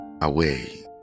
away